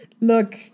Look